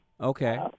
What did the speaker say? Okay